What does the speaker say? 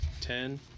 Ten